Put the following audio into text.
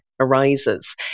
arises